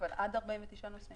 עד 49 נוסעים.